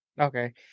Okay